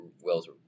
Wells